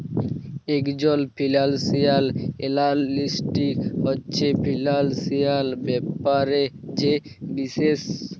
ইকজল financial analyst হছে financial ব্যাপারে যে বিশেষজ্ঞ